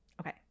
Okay